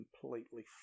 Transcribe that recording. completely